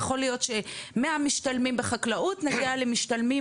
יכול להיות שמהמשתלמים בחקלאות נגיע למשתלמים